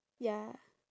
ya